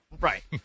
Right